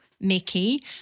Mickey